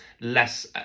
less